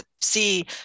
see